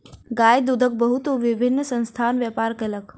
गाय दूधक बहुत विभिन्न संस्थान व्यापार कयलक